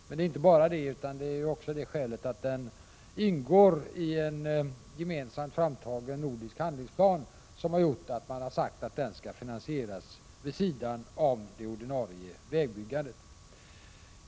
Det är dock inte bara detta skäl utan även att den har ingått i en gemensam nordisk handlingsplan som har gjort att man har sagt att den skall finansieras vid sidan av det ordinarie vägbyggandet.